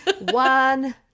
one